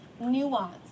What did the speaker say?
nuance